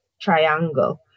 triangle